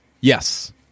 Yes